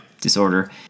disorder